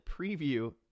preview